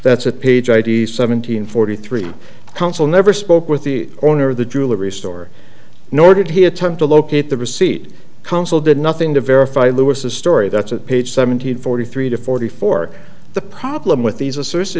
that's at page id's seven hundred forty three counsel never spoke with the owner of the jewelry store nor did he attempt to locate the receipt counsel did nothing to verify lewis a story that's at page seven hundred forty three to forty four the problem with these assertion